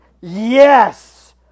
yes